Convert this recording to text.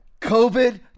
COVID